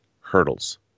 hurdles